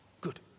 Good